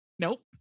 Nope